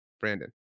Brandon